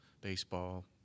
baseball